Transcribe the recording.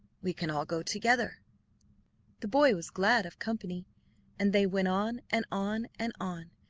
we can all go together the boy was glad of company and they went on, and on, and on,